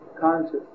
conscious